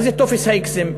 מה זה טופס האיקסים?